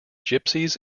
gypsies